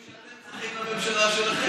היושב-ראש,